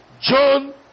John